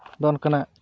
ᱱᱚᱜᱼᱚ ᱱᱚᱝᱠᱟᱱᱟᱜ